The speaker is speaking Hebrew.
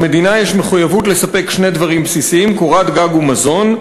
למדינה יש מחויבות לספק שני דברים בסיסיים: קורת גג ומזון.